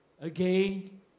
Again